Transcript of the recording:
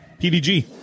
pdg